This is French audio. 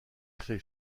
créé